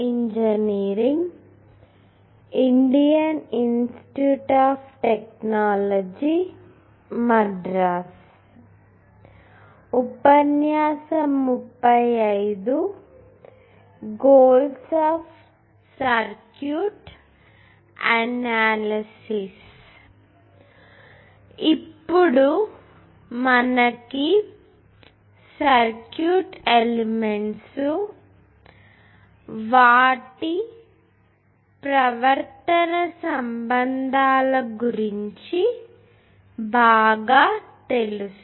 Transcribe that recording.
ఇప్పుడు మనకి circuit elements మరియు వాటి ప్రవర్తన సంబంధాల గురించి బాగా తెలుసు